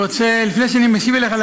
לפני שאני משיב לך,